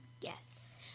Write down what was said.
yes